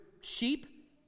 sheep